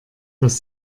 dass